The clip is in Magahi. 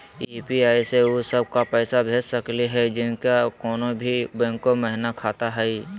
यू.पी.आई स उ सब क पैसा भेज सकली हई जिनका कोनो भी बैंको महिना खाता हई?